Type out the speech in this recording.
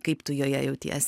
kaip tu joje jauties